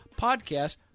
podcast